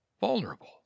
vulnerable